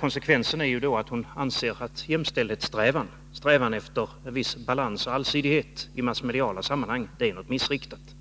Konsekvensen av detta är att hon anser att jämställdhetssträvan, strävan efter viss balans och allsidighet i massmediala sammanhang, är något missriktat.